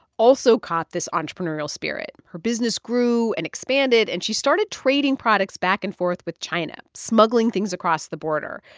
also caught this entrepreneurial spirit. her business grew and expanded, and she started trading products back and forth with china, smuggling things across the border.